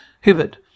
Hibbert